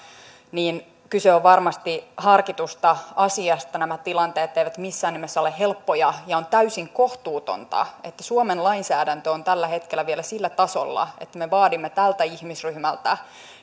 kyse on varmasti harkitusta asiasta nämä tilanteet eivät missään nimessä ole helppoja ja on täysin kohtuutonta että suomen lainsäädäntö on tällä hetkellä vielä sillä tasolla että me vaadimme tältä ihmisryhmältä